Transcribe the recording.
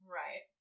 right